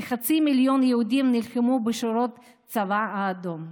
כחצי מיליון יהודים נלחמו בשירות הצבא האדום,